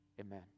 Amen